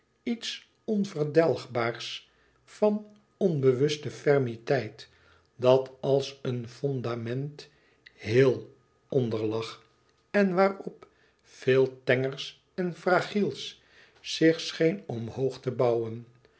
iets onverdelgbaars van onbewuste fermiteit dat als een fondament héel onder lag en waarop veel tengers en fragiels zich scheen omhoog te bouwen